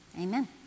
Amen